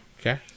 Okay